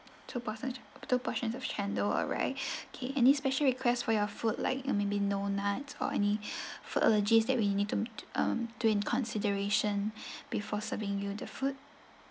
two portio~ two portions of cendol alright okay any special requests for your food like uh maybe no nuts or any for allergies that we need to um took in consideration before serving you the food